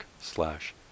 slash